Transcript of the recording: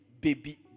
baby